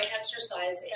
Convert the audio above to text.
exercise